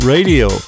Radio